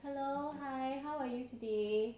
hello hi how are you today